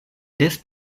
des